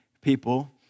people